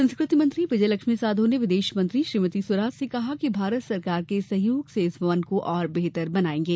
संस्कृति मंत्री विजय लक्ष्मी साधो ने विदेश मंत्री श्रीमती स्वराज से कहा कि भारत सरकार के सहयोग से इस भवन को और बेहतर बनायेगे